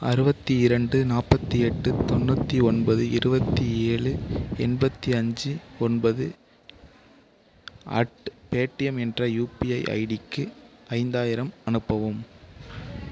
அறுபத்தி இரண்டு நாற்பத்தி எட்டு தொண்ணூற்றி ஒன்பது இருபத்தி ஏழு எண்பத்து அஞ்சு ஒன்பது அட் பேடிஎம் என்ற யூபிஐ ஐடிக்கு ஐந்தாயிரம் அனுப்பவும்